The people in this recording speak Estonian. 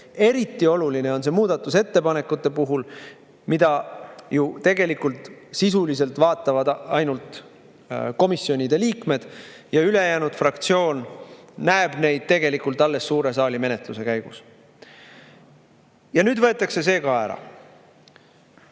Eriti oluline on see muudatusettepanekute puhul, mida ju tegelikult sisuliselt vaatavad ainult komisjonide liikmed ja mida ülejäänud fraktsioon näeb alles suure saali menetluse käigus. Nüüd võetakse see